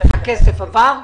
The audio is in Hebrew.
הכסף עבר?